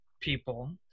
people